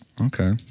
Okay